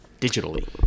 digitally